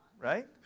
right